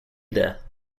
there